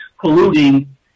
polluting